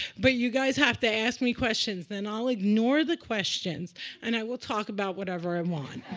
but you guys have to ask me questions. then i'll ignore the questions and i will talk about whatever i want.